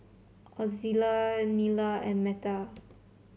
Ozella Nila and Meta